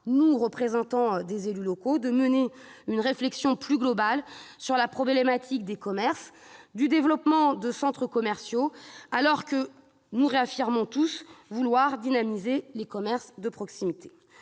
nous, représentants des élus locaux, de mener une réflexion plus globale sur la problématique des commerces, du développement des centres commerciaux, alors que nous réaffirmons tous vouloir dynamiser les commerces de proximité.